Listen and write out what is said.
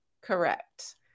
Correct